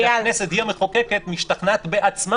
כשהכנסת היא המחוקקת משתכנעת בעצמה,